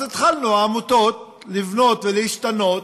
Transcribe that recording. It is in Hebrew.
אז התחלנו, העמותות, לבנות ולהשתנות